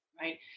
right